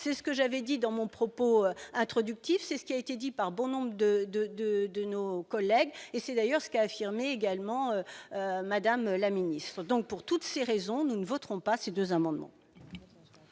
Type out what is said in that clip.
c'est ce que j'avais dit dans mon propos introductif, c'est ce qui a été dit par bon nombre de, de, de, de nos collègues et c'est d'ailleurs ce qu'a affirmé également madame la ministre, donc pour toutes ces raisons, nous ne voterons pas ces 2 amendements.